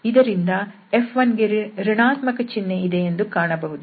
F1dxF2dy ಇದರಿಂದ F1ಗೆ ಋಣಾತ್ಮಕ ಚಿನ್ಹೆ ಇದೆಯೆಂದು ಕಾಣಬಹುದು